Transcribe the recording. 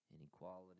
inequality